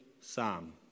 psalm